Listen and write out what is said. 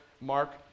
Mark